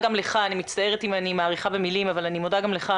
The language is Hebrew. אני מצטערת אם אני מאריכה במלים אבל אני מודה גם לך,